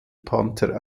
panther